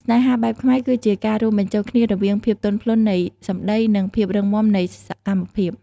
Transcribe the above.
ស្នេហាបែបខ្មែរគឺជាការរួមបញ្ចូលគ្នារវាង ភាពទន់ភ្លន់នៃសម្តី និង ភាពរឹងមាំនៃសកម្មភាព។